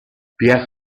pierre